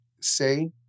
Say